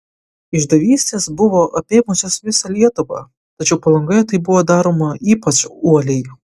išdavystės buvo apėmusios visą lietuvą tačiau palangoje tai buvo daroma ypač uoliai